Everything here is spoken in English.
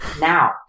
now